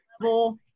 Level